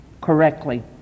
correctly